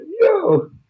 Yo